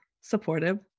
supportive